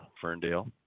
Ferndale